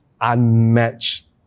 unmatched